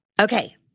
Okay